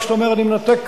כשאתה אומר: אני מנתק,